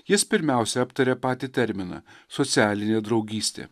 jis pirmiausia aptaria patį terminą socialinė draugystė